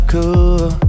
Cool